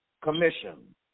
commission